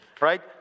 right